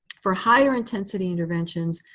for higher-intensity interventions,